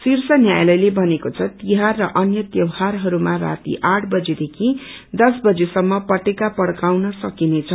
शीर्ष न्याालयले भनेको छ तिहार र अन्य त्यौहारहरूमा राती आठ बजे देखि दश बजेसम्म पटेका पड़काउन सकिनेछ